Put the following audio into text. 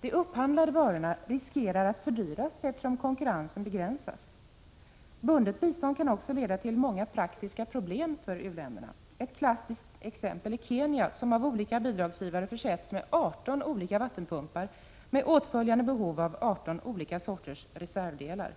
De upphandlade varorna riskerar att fördyras, eftersom konkurrensen begränsas. Bundet bistånd kan också leda till många praktiska problem för u-länderna. Ett klassiskt exempel är Kenya, som av olika bidragsgivare har försetts med 18 olika vattenpumpar — med åtföljande behov av 18 olika sorters reservdelar.